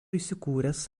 įsikūręs